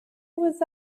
was